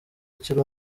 akiri